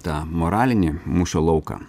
tą moralinį mūšio lauką